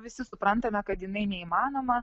visi suprantame kad jinai neįmanoma